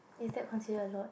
is that considered a lot